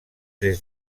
des